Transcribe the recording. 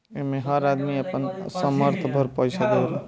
एमे हर आदमी अपना सामर्थ भर पईसा देवेला